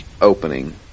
opening